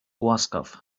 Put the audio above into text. łaskaw